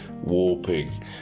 warping